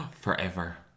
Forever